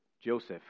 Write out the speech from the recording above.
Joseph